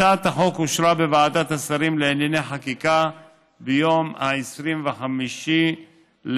הצעת החוק אושרה בוועדת השרים לענייני חקיקה ביום 25 בפברואר.